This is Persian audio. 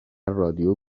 رادیو